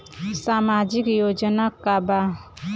सामाजिक योजना का बा?